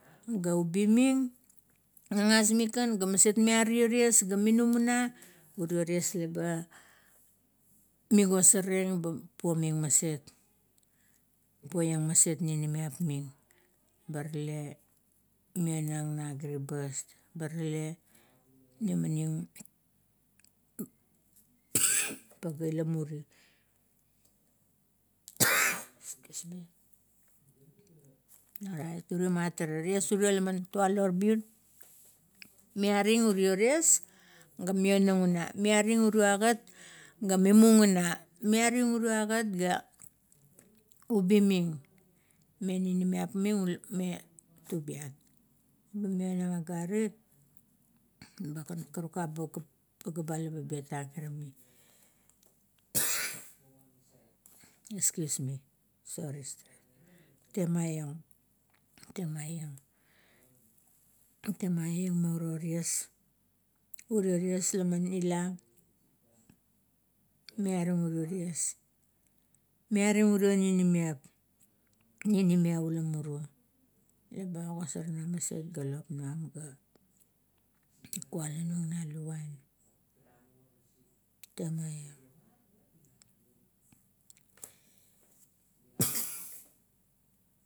Ga ubi ming, gagas ming kan ga maset miario ties ga minum una, urio ties laba mi gasarieng ba puomin maset, poieng maset ninimiap ming. Ba rale mionang na kiribas, ba rale mimanim ba gat i la muru orait ire mat are ties la man tulo mun, miaring urio ties ga mionang una, miaring urio agat ga mimung una, miaring urio agat ga ubi ming, me nunamap, me tubiat. Nunamap agarit ba karukan a pagea ba petang ira mi bikos mi sori, temaieng, temaieng me uro ties, ure ties lama ila miaring ure ties, miaring ure ninimiap, ninimiap ura muru, eba a gosar min maset ga lop num ga kualarung temaieng.